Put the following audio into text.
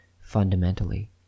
fundamentally